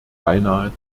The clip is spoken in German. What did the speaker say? beinahe